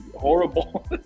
Horrible